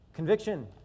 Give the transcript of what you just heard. Conviction